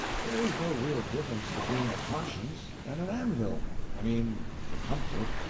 there is no real difference between a conscience and an anvil i mean for comfort.